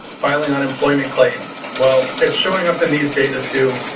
filing unemployment claims well it's showing up in these data too.